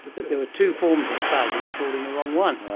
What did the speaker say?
that there were two forms of bug and they brought in the wrong one.